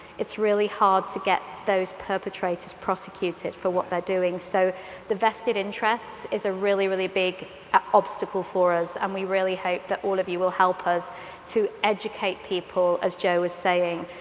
it's really hard to get those perpetrators prosecuted for what they're doing. so the vested interests is a really, really big obstacle for us, and we really hope that all of you will help us to educate people. as jo was saying,